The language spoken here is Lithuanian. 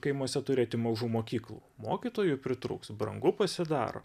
kaimuose turėti mažų mokyklų mokytojų pritrūks brangu pasidaro